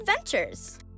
adventures